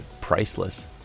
priceless